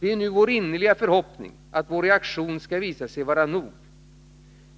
Det är nu vår innerliga förhoppning att vår reaktion skall visa sig vara nog.